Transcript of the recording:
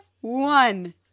one